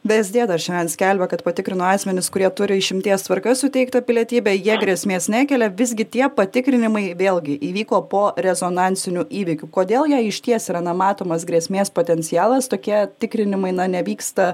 vsd dar šiandien skelbia kad patikrino asmenis kurie turi išimties tvarka suteiktą pilietybę jie grėsmės nekelia visgi tie patikrinimai vėlgi įvyko po rezonansinių įvykių kodėl jei išties yra numatomas grėsmės potencialas tokie tikrinimai na nevyksta